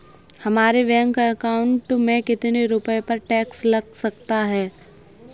हमारे bank account में कितने रुपये पर टैक्स लग सकता है?